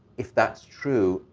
if that's true,